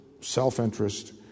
self-interest